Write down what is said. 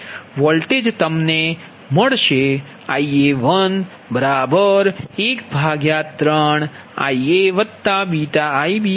voltage તમને મળશે Ia113IaβIb2Ic આ સમીકરણ 24 છે